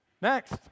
Next